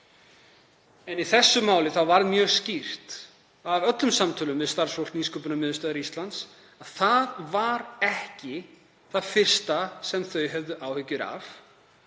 En í þessu máli var mjög skýrt af öllum samtölum við starfsfólk Nýsköpunarmiðstöðvar Íslands að það var ekki það fyrsta sem þau höfðu áhyggjur af,